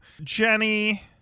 Jenny